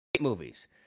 movies